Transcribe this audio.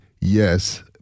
Yes